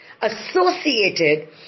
associated